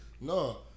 No